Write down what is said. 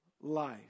life